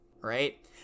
right